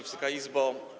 Wysoka Izbo!